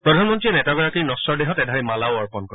প্ৰধানমন্ত্ৰীয়ে নেতাগৰাকীৰ নগ্বৰ দেহত এধাৰি মালাও অৰ্পন কৰে